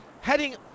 heading